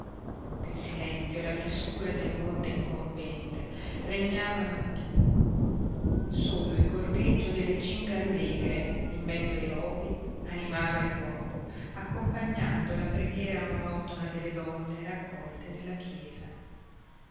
il silenzio e la frescura del monte incombente regnavano attorno solo il gorgheggio delle cingallegre in mezzo ai rovi animava il luogo accompagnando la preghiera monotona delle donne raccolte nella chiesa